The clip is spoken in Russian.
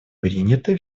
принятой